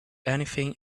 anything